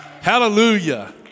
hallelujah